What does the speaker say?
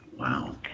Wow